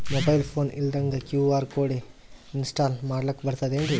Mobile phone ಇಲ್ದಂಗ QR code install ಮಾಡ್ಲಕ ಬರ್ತದೇನ್ರಿ?